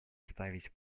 оставить